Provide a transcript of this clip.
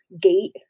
gate